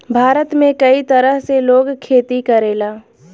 भारत में कई तरह से लोग खेती करेला